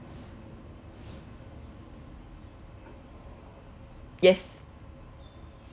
yes